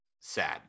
sad